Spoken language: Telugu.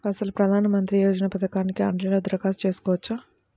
అసలు ప్రధాన మంత్రి యోజన పథకానికి ఆన్లైన్లో దరఖాస్తు చేసుకోవచ్చా?